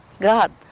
God